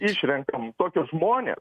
išrenkam tokius žmones